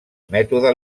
mètode